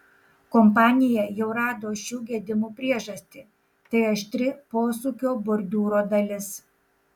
kompanija jau rado šių gedimų priežastį tai aštri posūkio bordiūro dalis